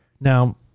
Now